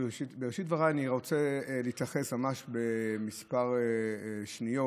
בראשית דבריי להתייחס ממש בכמה שניות